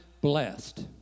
blessed